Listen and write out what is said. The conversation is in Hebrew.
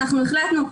אנחנו החלטנו,